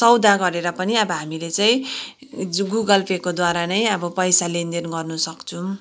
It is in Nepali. सौदा गरेर पनि अब हामीले चाहिँ गुगल पे को द्वारा नै अब पैसा लेनदेन गर्नसक्छौँ